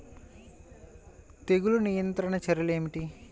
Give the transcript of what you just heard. తెగులు నియంత్రణ చర్యలు ఏమిటి?